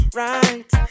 right